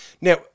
Now